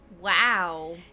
wow